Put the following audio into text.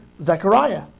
Zechariah